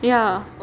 ya